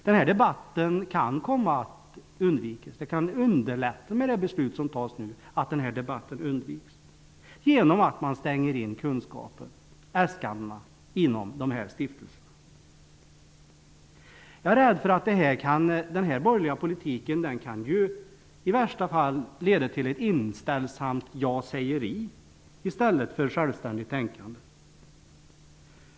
Det beslut som tas nu kan underlätta att den debatten undviks, genom att man stänger in kunskapen, äskandena, inom de här stiftelserna. Jag är rädd för att den borgerliga politiken i värsta fall kan leda till ett inställsamt ja-sägeri i stället för självständigt tänkande.